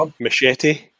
Machete